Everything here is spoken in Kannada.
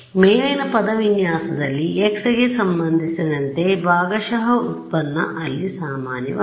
ಮೇಲಿನ ಪದ ವಿನ್ಯಾಸದಲ್ಲಿ x ಗೆ ಸಂಬಂಧಿಸಿದಂತೆ ಭಾಗಶಃ ಉತ್ಪನ್ನ ಅಲ್ಲಿ ಸಾಮಾನ್ಯವಾಗಿದೆ